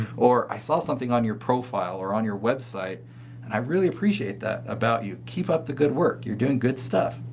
or i saw something on your profile or on your website and i really appreciate that about you. keep up the good work. you're doing good stuff.